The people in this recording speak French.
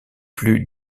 plus